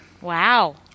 Wow